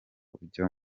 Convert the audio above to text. ujya